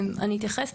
אני אתייחס.